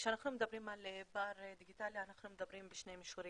כשאנחנו מדברים על פער דיגיטלי אנחנו מדברים בשני מישורים,